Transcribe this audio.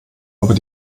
aber